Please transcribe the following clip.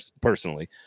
personally